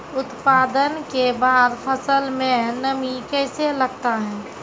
उत्पादन के बाद फसल मे नमी कैसे लगता हैं?